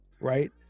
right